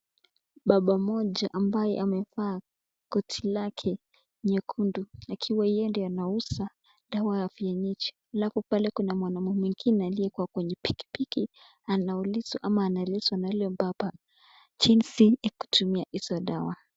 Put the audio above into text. Baba moja ambaye anafaa koti lake nyekundu akiwa yeye anauza dawa ya vienyeji , alfu pale kuna mwanaume mwengine aliye kwenye bikibiki anauliswa na yule baba jinzi ya kutumia hizi dawa.